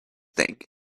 thing